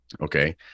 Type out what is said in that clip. okay